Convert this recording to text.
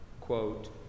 quote